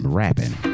rapping